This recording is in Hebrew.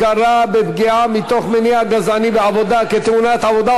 הכרה בפגיעה מתוך מניע גזעני בעבודה כתאונת עבודה),